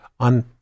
On